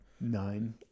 Nine